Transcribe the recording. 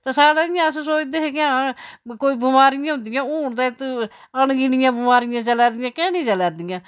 ते साढ़ै इ'यां अस सोचदे हे के हां कोई बमारियां होंदियां हून ते इत्त अनगिनियां बमारियां चला दियां कैं नी चला दियां